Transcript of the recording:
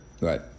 Right